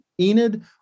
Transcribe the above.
Enid